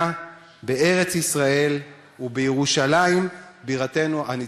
בארץ ישראל ובירושלים בירתנו הנצחית.